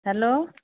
hello